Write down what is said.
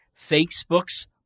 Facebook's